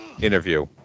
interview